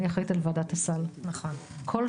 אני אחראית על ועדת הסל.